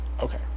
Okay